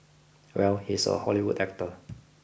well he's a Hollywood actor